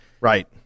right